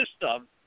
system